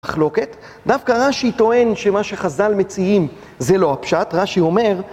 מחלוקת, דווקא רש"י טוען שמה שחז"ל מציעים זה לא הפשט, רש"י אומר